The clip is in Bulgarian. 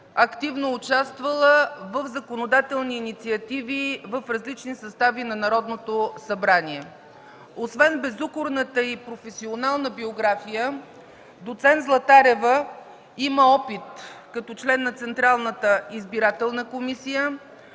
активно участвала в законодателни инициативи в различни състави на Народното събрание. Освен безукорната и професионална биография доц. Златарева има опит като член на Централната избирателна комисия